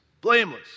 blameless